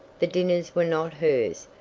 the dinners were not hers,